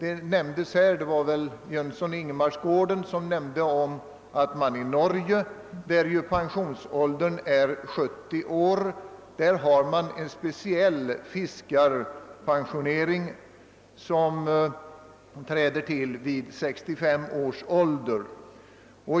Jag tror att det var herr Jönsson i Ingemarsgården som nämnde att det i Norge, där pensionsåldern är 70 år, finns en speciell fiskarpensionering, som inträder vid 65 års ålder.